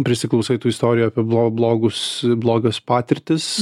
prisiklausai tų istorijų apie blo blogus blogas patirtis